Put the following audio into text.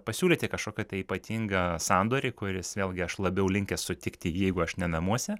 pasiūlyti kažkokią tai ypatingą sandorį kuris vėlgi aš labiau linkęs sutikti jeigu aš ne namuose